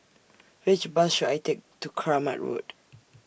Which Bus should I Take to Kramat Road